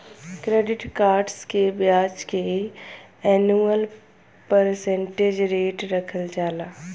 credit cards के ब्याज के एनुअल परसेंटेज रेट रखल जाला